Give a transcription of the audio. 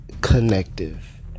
connective